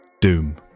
Doom